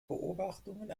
beobachtungen